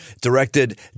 directed